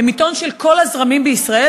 הוא עיתון של כל הזרמים בישראל,